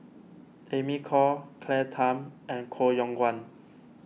Amy Khor Claire Tham and Koh Yong Guan